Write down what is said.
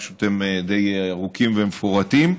פשוט הם די ארוכים ומפורטים.